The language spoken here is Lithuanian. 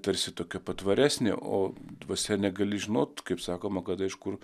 tarsi tokia patvaresnė o dvasia negali žinot kaip sakoma kada iš kur